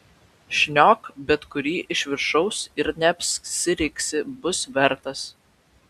šniok bet kurį iš viršaus ir neapsiriksi bus vertas